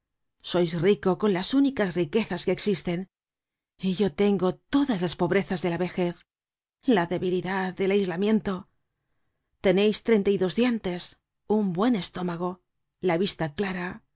sois rico con las únicas riquezas que existen y yo tengo todas las pobrezas de la vejez la debilidad el aislamiento teneis treinta y dos dientes un buen estómago la vista clara